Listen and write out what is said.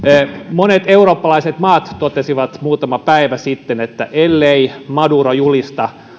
monet eurooppalaiset maat totesivat muutama päivä sitten että ellei maduro julista